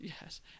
Yes